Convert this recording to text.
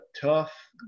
tough